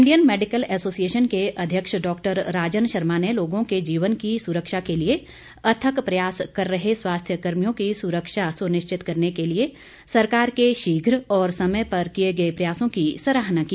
Indian medical association के अध्यक्ष doctor Rajan Sharma ने लोगों के जीवन की सुरक्षा के लिए अथक प्रयास कर रहे स्वास्थ्य कर्मियों की सुरक्षा सुनिश्चित करने के लिए सरकार के शीध्र और समय पर किए गए प्रयासों की सराहना की